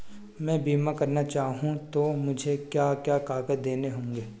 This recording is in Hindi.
मैं बीमा करना चाहूं तो मुझे क्या क्या कागज़ देने होंगे?